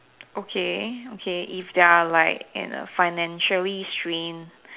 okay okay if they're like in a financially strained